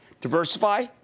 Diversify